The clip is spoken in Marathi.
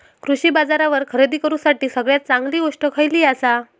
कृषी बाजारावर खरेदी करूसाठी सगळ्यात चांगली गोष्ट खैयली आसा?